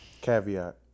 caveat